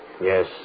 Yes